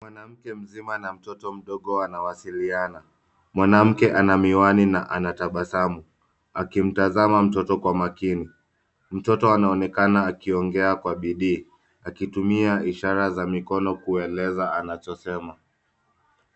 Mwanamke mzima na mtoto mdogo wanawasiliana. Mwanamke ana miwani na anatabasamu akimtazama mtoto kwa makini. Mtoto anaonekana akiongea kwa bidii akitumia ishara za mikono kueleza anachosema.